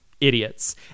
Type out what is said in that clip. idiots